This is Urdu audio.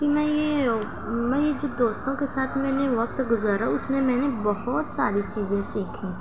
کہ میں یہ میں یہ جو دوستوں کے ساتھ میں نے وقت گزارا اس میں میں نے بہت ساری چیزیں سیکھیں